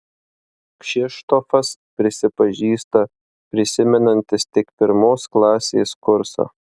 kšištofas prisipažįsta prisimenantis tik pirmos klasės kursą